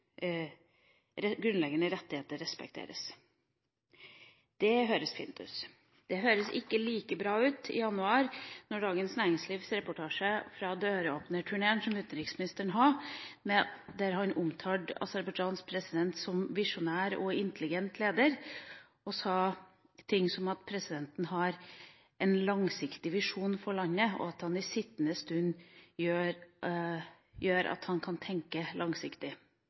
rettigheter respekteres». Det høres fint ut. Men det hørtes ikke like bra ut i januar i Dagens Næringslivs reportasjer fra døråpnerturneen som utenriksministeren var på, der han omtalte Aserbajdsjans president som en «visjonær og intelligent leder», og sa ting som at presidenten «har en langsiktig visjon for landet», og «det at han sitter en stund gjør at han tenker langsiktig».